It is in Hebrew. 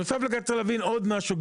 נוסף על כך צריך להבין עוד משהו,